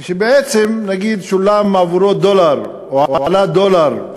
כשבעצם נגיד שולם עבורה דולר, היא עלתה דולר,